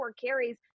carries